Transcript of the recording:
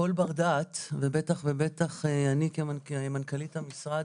שכל בר דעת ובטח אני כמנכ"לית המשרד,